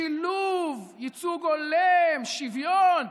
שילוב, ייצוג הולם, שוויון.